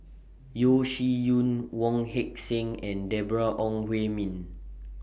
Yeo Shih Yun Wong Heck Sing and Deborah Ong Hui Min